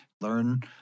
learn